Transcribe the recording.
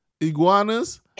Iguanas